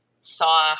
saw